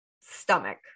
stomach